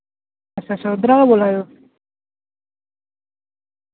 अच्छा अच्छा उद्धरा दा बोल्ला दे ओ